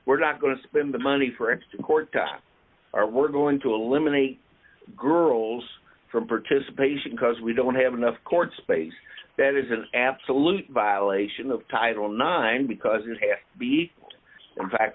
we're not going to spend the money for it's to court or we're going to eliminate girls from participation because we don't have enough court space that is an absolute violation of title nine because it has to be in fact